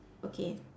okay